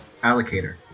allocator